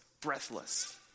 breathless